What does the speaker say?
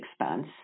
expense